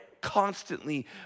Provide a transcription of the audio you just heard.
constantly